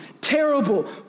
terrible